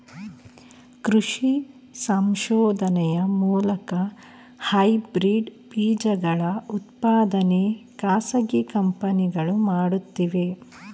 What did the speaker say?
ಕೃಷಿ ಸಂಶೋಧನೆಯ ಮೂಲಕ ಹೈಬ್ರಿಡ್ ಬೀಜಗಳ ಉತ್ಪಾದನೆ ಖಾಸಗಿ ಕಂಪನಿಗಳು ಮಾಡುತ್ತಿವೆ